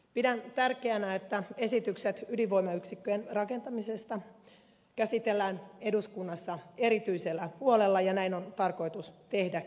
pidän tärkeänä että esitykset ydinvoimayksikköjen rakentamisesta käsitellään eduskunnassa erityisellä huolella ja näin on tarkoitus tehdäkin